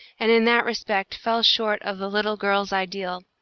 and in that respect fell short of the little girl's ideal,